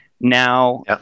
now